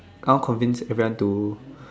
I want to convince everyone too